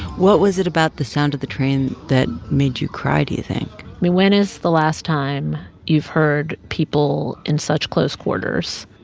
what was it about the sound of the train that made you cry, do you think? i mean, when is the last time you've heard people in such close quarters?